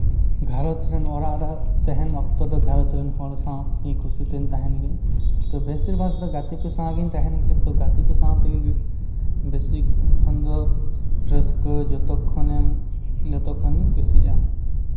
ᱜᱷᱟᱨᱚᱸᱡᱽ ᱨᱮᱱ ᱚᱲᱟᱜ ᱨᱮ ᱛᱟᱦᱮᱱ ᱚᱠᱛᱚ ᱫᱚ ᱜᱷᱟᱨᱚᱸᱡᱽ ᱨᱮᱱ ᱦᱚᱲ ᱥᱟᱶ ᱤᱧ ᱠᱷᱩᱥᱤ ᱛᱮᱧ ᱛᱟᱦᱮᱱ ᱜᱮᱭᱟ ᱛᱚᱵᱮ ᱵᱮᱥᱤᱨ ᱵᱷᱟᱜᱽ ᱫᱚ ᱜᱟᱛᱮ ᱠᱚ ᱥᱟᱶ ᱜᱮᱧ ᱛᱟᱦᱮᱱᱟ ᱡᱚᱛᱚ ᱜᱟᱛᱮ ᱠᱚ ᱥᱟᱶ ᱛᱮᱜᱮ ᱵᱮᱥᱤ ᱠᱷᱚᱱ ᱫᱚ ᱨᱟᱹᱥᱠᱟᱹ ᱡᱚᱛᱚ ᱠᱷᱚᱱᱮᱢ ᱡᱚᱛᱚ ᱠᱷᱚᱱᱤᱧ ᱠᱩᱥᱤᱜᱼᱟ